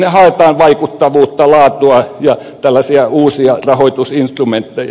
sinne haetaan vaikuttavuutta laatua ja tällaisia uusia rahoitusinstrumentteja